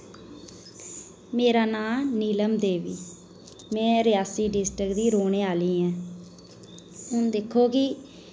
मेरा नां नीलम देवी में रियासी डिस्ट्रिक दी रौह्ने आह्ली ऐं हुन दिक्खो कि